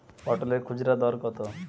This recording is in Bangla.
পটলের খুচরা দর কত?